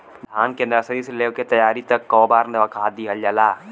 धान के नर्सरी से लेके तैयारी तक कौ बार खाद दहल जाला?